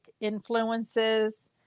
influences